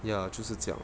ya 就是这样